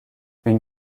une